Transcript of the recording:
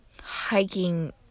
hiking